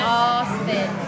Austin